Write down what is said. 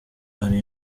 ari